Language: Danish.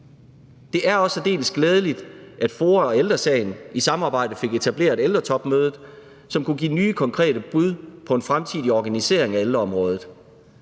Det er også særdeles glædeligt, at FOA og Ældre Sagen i samarbejde fik etableret ældretopmødet, som kunne give nye konkrete bud på en fremtidig organisering af ældreområdet,